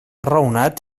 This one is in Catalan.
raonat